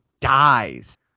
dies